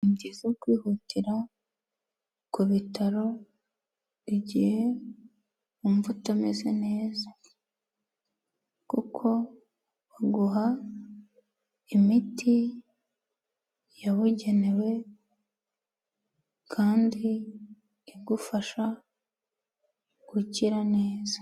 Ni byiza kwihutira ku bitaro igihe wumva utameze neza, kuko baguha imiti yabugenewe kandi igufasha gukira neza.